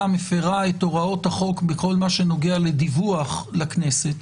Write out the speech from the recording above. מפרה את הוראות החוק בכל מה שנוגע לדיווח לכנסת.